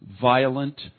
violent